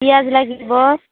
পিয়াঁজ লাগিব